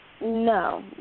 No